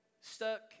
stuck